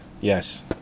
Yes